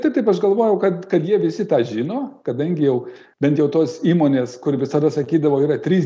tai taip aš galvojau kad kad jie visi tą žino kadangi jau bent jau tos įmonės kur visada sakydavo yra trys